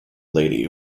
lady